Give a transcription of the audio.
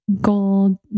gold